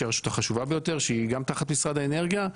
שהיא הרשות החשובה ביותר שהיא גם תחת משרד האנרגיה,